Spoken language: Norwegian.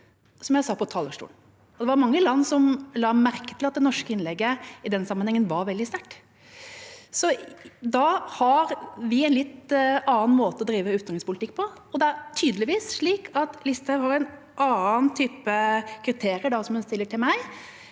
som jeg sa på talerstolen. Det var mange land som la merke til at det norske innlegget i den sammenhengen var veldig sterkt. Da har vi en litt annen måte å drive utenrikspolitikk på. Det er tydeligvis slik at Listhaug har en annen type kriterier for meg enn for sin egen